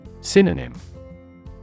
Synonym